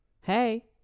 hey